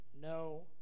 No